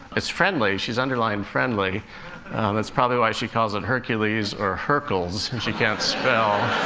it's friendly she's underlined friendly that's probably why she calls it hercules or hercles. and she can't spell.